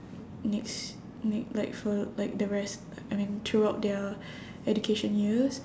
next ne~ like for like the rest I mean throughout their education years